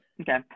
Okay